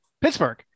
Pittsburgh